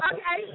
Okay